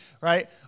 right